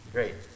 Great